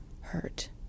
hurt